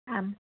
आम्